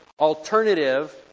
alternative